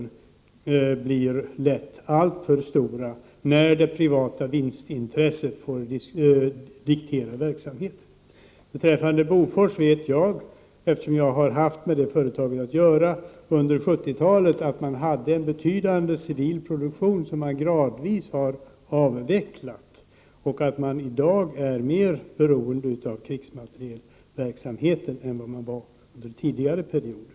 De blir lätt alltför stora när det privata vinstintresset får diktera verksamheten. Beträffande Bofors vet jag, eftersom jag har haft med det företaget att göra under 1970-talet, att man hade en betydande civil produktion, som man gradvis har avvecklat. I dag är man mer beroende av krigsmaterielverksamheten än vad man var under tidigare perioder.